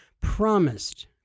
promised